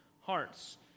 hearts